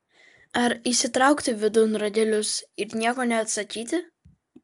ar įsitraukti vidun ragelius ir nieko neatsakyti